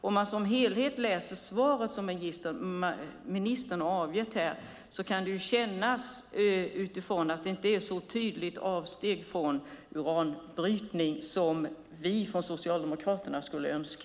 Om man läser ministerns svar i sin helhet kan det kännas som om uranbrytning inte är så tydligt avstyrkt som vi i Socialdemokraterna skulle önska.